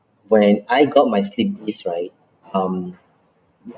when I got my sleep list right um